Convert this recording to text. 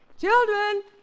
Children